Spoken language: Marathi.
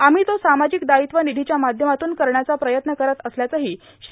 आम्री तो सामाजिक दायित्व निधीष्या माध्यमातून करण्याचा प्रयत्न करत असल्याचंही श्री